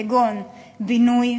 כגון בינוי,